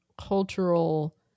cultural